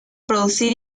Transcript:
producir